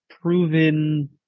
proven